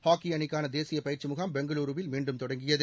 hockey அணிக்கான தேசிய பயிற்சி முகாம் பெங்களூரூவில் மீண்டும் தொடங்கியது